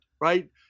right